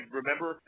remember